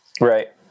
Right